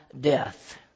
death